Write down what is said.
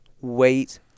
wait